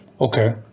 Okay